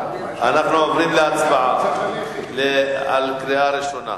אנחנו עוברים להצבעה בקריאה ראשונה.